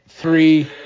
Three